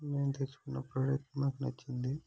మేము తెచ్చుకున్న ప్రోడక్ట్ మాకు నచ్చింది